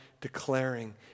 declaring